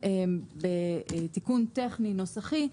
תיקון טכני נוסחי,